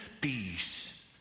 peace